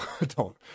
don't-